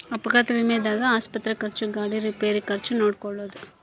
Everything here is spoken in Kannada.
ಅಪಘಾತ ವಿಮೆದಾಗ ಆಸ್ಪತ್ರೆ ಖರ್ಚು ಗಾಡಿ ರಿಪೇರಿ ಖರ್ಚು ನೋಡ್ಕೊಳೊದು